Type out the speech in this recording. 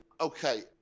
okay